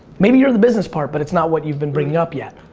maybe you're the business part, but it's not what you've been bringing up yet.